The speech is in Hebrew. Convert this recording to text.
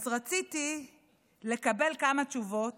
אז רציתי לקבל כמה תשובות